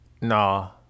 No